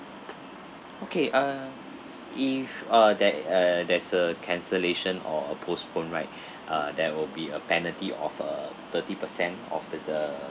okay uh if uh that uh there's a cancellation or postpone right uh there will be a penalty of a thirty per cent of the the